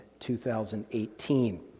2018